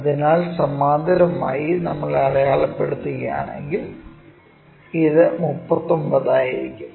അതിനാൽ സമാന്തരമായി നമ്മൾ അടയാളപ്പെടുത്തുകയാണെങ്കിൽ ഇത് 39 ആയിരിക്കും